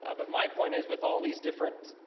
ah but my point is with all these different